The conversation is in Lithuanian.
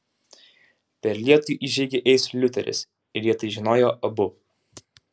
per lietų į žygį eis liuteris ir jie tai žinojo abu